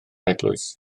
eglwys